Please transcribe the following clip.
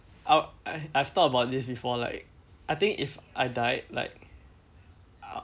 I would I I've thought about this before like I think if I died like